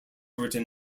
written